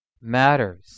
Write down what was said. matters